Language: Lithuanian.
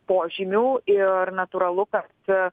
požymių ir natūralu kad